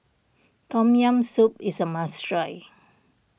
Tom Yam Soup is a must try